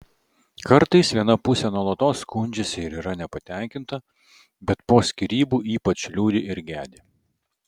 kartais viena pusė nuolatos skundžiasi ir yra nepatenkinta bet po skyrybų ypač liūdi ir gedi